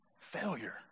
failure